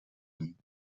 ním